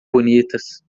bonitas